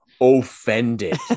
offended